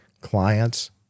clients